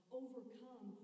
overcome